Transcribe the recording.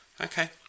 Okay